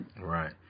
Right